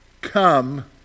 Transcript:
come